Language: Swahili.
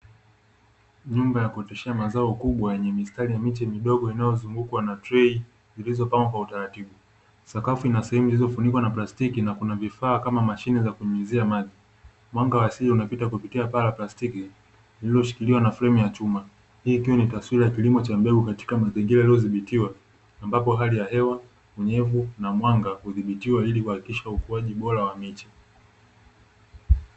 Nyumba ya kuoteshea mazao kubwa yenye mistari ya miche midogo inayozungukwa na trei zilizopangwa kwa utaratibu, sakafu ina sehemu zilizofunikwa na plastiki na kuna vifaa kama mashine za kunyunyizia maji. Mwanga wa asili unapita kupitia paa la plastiki lililoshikiliwa na fremu ya chuma. Hii ikiwa ni taswira ya kilimo cha mbegu katika mazingira yaliyodhibitiwa ambapo hali ya hewa, unyevu na mwanga kudhibitiwa ili kuhakikisha ukuaji bora wa miche.